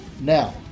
Now